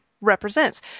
represents